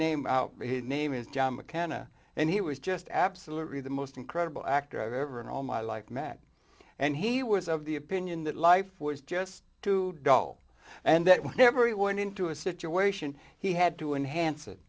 name his name is john mccann a and he was just absolutely the most incredible actor i've ever in all my life matt and he was of the opinion that life was just too dull and that whenever he went into a situation he had to enhance it